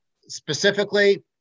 specifically